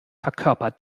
verkörpert